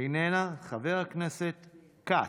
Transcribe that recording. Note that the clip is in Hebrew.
איננה, חבר הכנסת כץ,